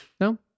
No